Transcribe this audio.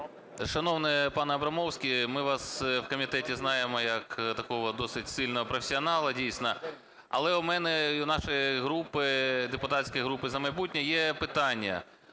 Шановний пане Абрамовський, ми вас у комітеті знаємо як такого досить сильного професіонала дійсно. Але в мене і в нашої групи – депутатської групи "За майбутнє" є питання.